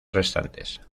restantes